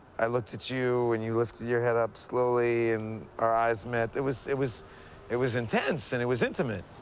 i looked at you, and you lifted your head up slowly, and our eyes met. it was it was it was intense, and it was intimate.